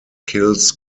kills